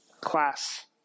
class